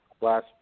last